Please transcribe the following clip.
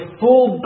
full